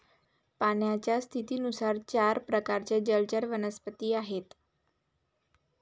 पाण्याच्या स्थितीनुसार चार प्रकारचे जलचर वनस्पती आहेत